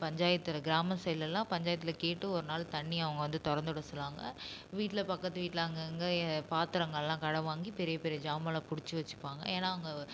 பஞ்சாயத்தில் கிராமம் சைடிலலாம் பஞ்சாயத்தில் கேட்டு ஒரு நாள் தண்ணியை அவங்க வந்து திறந்து விட சொல்லுவாங்க வீட்டில் பக்கத்து வீட்டில் அங்கங்கே ஏ பாத்திரங்கள்லாம் கடன் வாங்கி பெரிய பெரிய ஜாமான்ல பிடிச்சு வச்சுப்பாங்க ஏனால் அங்கே